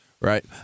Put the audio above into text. right